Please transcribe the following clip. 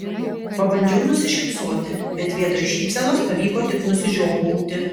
pabandžiau nusišypsoti bet vietoj šypsenos pavyko tik nusižiovauti